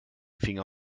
finger